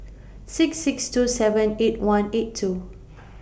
six six two seven eight one eight two